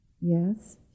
Yes